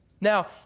Now